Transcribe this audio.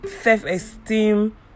self-esteem